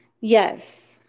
Yes